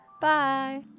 Bye